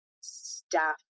staff